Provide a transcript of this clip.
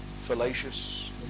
fallacious